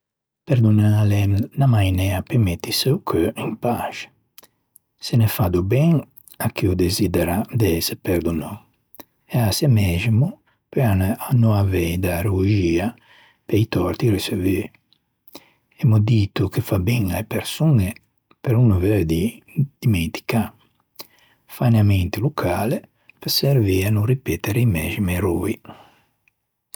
Perdonâ l'é unna mainea pe mettise o cheu in paxe. Se ne fa do ben a chi-o desidera de ëse perdonou e a sé mæximo pe no avei da rouxia pe-i tòrti riçevui. Emmo dito che fa ben a-e persoñe però o no veu dî dimenticâ. Fâne a mente locale peu servî a no ripete i mæximi eroî.